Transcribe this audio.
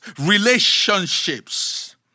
relationships